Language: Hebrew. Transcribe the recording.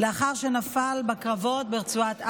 לאחר שנפל בקרבות ברצועת עזה.